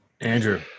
andrew